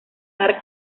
dar